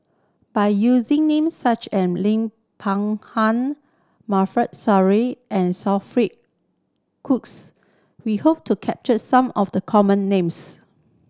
by using names such an Lim Peng Han and Cookes we hope to capture some of the common names